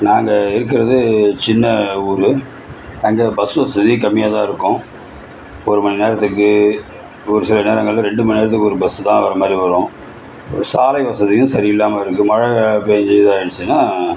நாங்கள் இருக்குறது சின்ன ஊர் அங்கே பஸ் வசதி கம்மியாகதான் இருக்கும் ஒருமணி நேரத்துக்கு ஒரு சில நேரங்களில் ரெண்டுமன் நேரத்துக்கு ஒரு பஸ் தான் வரமாரி வரும் சாலை வசதியும் சரி இல்லாமல் இருக்கு மழை பேஞ்சிது இதாக ஆயிடிச்சுனா